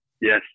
Yes